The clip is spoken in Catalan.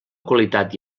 qualitat